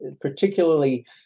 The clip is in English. particularly